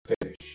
finish